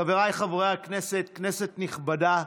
חבריי חברי הכנסת, כנסת נכבדה,